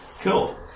Cool